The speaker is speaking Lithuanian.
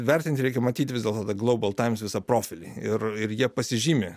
vertinti reikia matyt vis dėlto global taims visą profilį ir ir jie pasižymi